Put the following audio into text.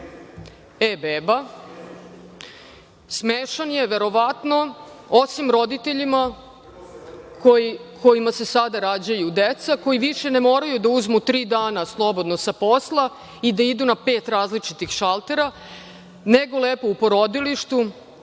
„e-beba“, smešan je verovatno, osim roditeljima kojima se sada rađaju deca, koji više ne moraju da uzmu tri dana slobodno sa posla i da idu na pet različitih šaltera, nego lepo u porodilištu